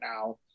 now